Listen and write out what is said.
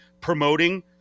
promoting